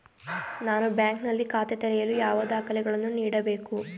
ನಾನು ಬ್ಯಾಂಕ್ ನಲ್ಲಿ ಖಾತೆ ತೆರೆಯಲು ಯಾವ ದಾಖಲೆಗಳನ್ನು ನೀಡಬೇಕು?